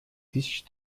тысяч